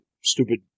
stupid